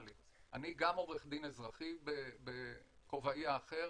עורך דין אזרחי בכובעי האחר,